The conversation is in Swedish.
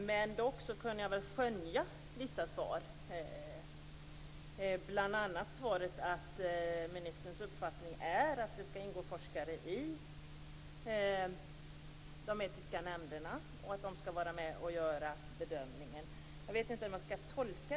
Fru talman! Jag är också förvånad över att jordbruksministern inte vill framföra synpunkter.